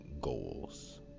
goals